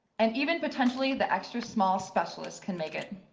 and even potentially the extra-small specialists can make it.